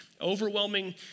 overwhelming